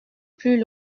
plus